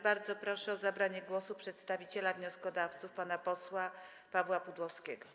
Bardzo proszę o zabranie głosu przedstawiciela wnioskodawców pana posła Pawła Pudłowskiego.